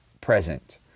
present